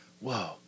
Whoa